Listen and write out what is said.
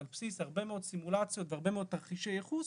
על בסיס הרבה מאוד סימולציות והרבה מאוד תרחישי ייחוס,